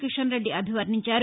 కీషన్ రెడ్డి అభివర్ణించారు